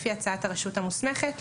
לפי הצעת הרשות המוסמכת,